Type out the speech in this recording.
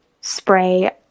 spray